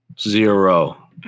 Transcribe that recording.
Zero